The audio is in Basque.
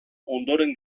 ondoren